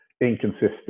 inconsistent